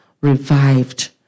revived